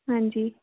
ਹਾਂਜੀ